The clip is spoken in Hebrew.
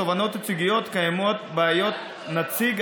בתובענות ייצוגיות קיימת בעיית נציג,